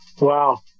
Wow